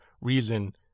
reason